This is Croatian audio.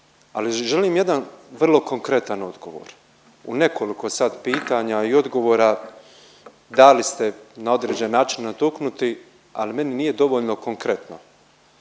ali želim jedan vrlo konkretan odgovor. U nekoliko sad pitanja i odgovora dali ste na određeni način natuknuti, ali meni nije dovoljno konkretno.